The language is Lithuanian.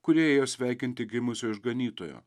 kurie ėjo sveikinti gimusio išganytojo